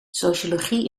sociologie